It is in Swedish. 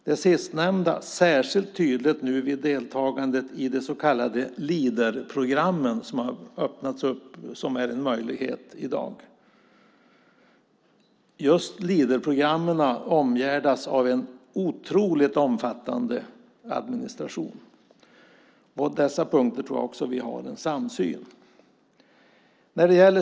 Det sistnämnda blir särskilt tydligt vid deltagandet i de så kallade Leaderprogrammen. Just Leaderprogrammen omgärdas av en otroligt omfattande administration. På dessa punkter har vi en samsyn.